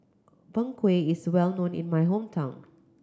Png Kueh is well known in my hometown